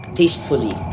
tastefully